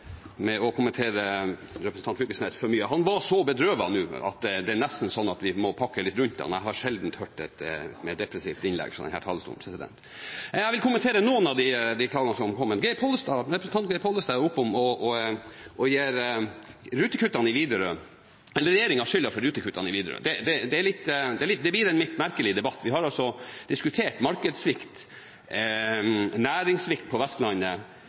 med å kommentere representanten Knag Fylkesnes for mye. Han var så bedrøvet nå at vi nesten må pakke litt om ham. Jeg har sjelden hørt et så depressivt innlegg fra denne talerstolen. Jeg vil kommentere noen av de tallene som har kommet. Representanten Geir Pollestad er oppom talerstolen og gir regjeringen skylden for rutekuttene i Widerøe. Det blir en litt merkelig debatt. Vi har i dag i stor grad diskutert markedssvikt og næringssvikt på Vestlandet.